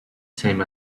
same